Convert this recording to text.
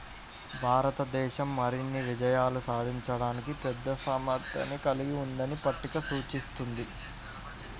భారతదేశం మరిన్ని విజయాలు సాధించడానికి పెద్ద సామర్థ్యాన్ని కలిగి ఉందని పట్టిక సూచిస్తుంది